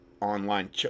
online